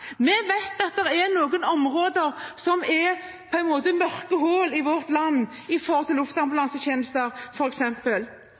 luftambulansetjenester, vet vi at det er noen områder i vårt land som på en måte er som mørke hull. I en merknad til